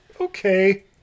okay